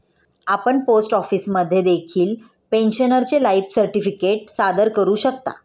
आपण पोस्ट ऑफिसमध्ये देखील पेन्शनरचे लाईफ सर्टिफिकेट सादर करू शकता